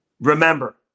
remember